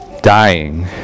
dying